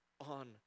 on